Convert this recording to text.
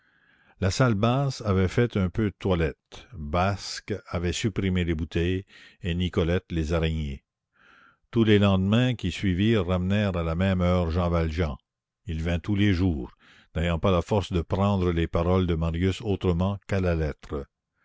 la salle basse avait fait un peu de toilette basque avait supprimé les bouteilles et nicolette les araignées tous les lendemains qui suivirent ramenèrent à la même heure jean valjean il vint tous les jours n'ayant pas la force de prendre les paroles de marius autrement qu'à la lettre